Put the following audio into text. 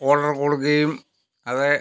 order കൊടുക്കുകയും അത്